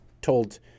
told